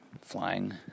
flying